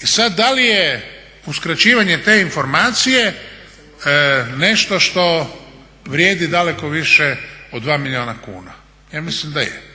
I sad da li je uskraćivanje te informacije nešto što vrijedi daleko više od 2 milijuna kuna? Ja mislim da je.